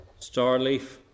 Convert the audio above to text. Starleaf